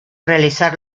realizar